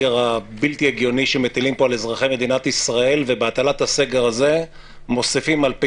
עניינים, ועדיין מנהל גם את הממשלה וגם